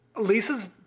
Lisa's